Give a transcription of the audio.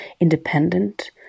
independent